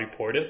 Portis